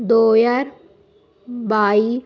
ਦੋ ਹਜ਼ਾਰ ਬਾਈ